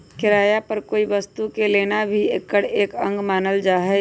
किराया पर कोई वस्तु के लेना भी एकर एक अंग मानल जाहई